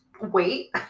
Wait